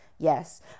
Yes